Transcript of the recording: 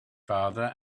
father